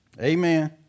Amen